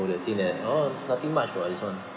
they think that oh nothing much [what] this [one]